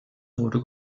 wurde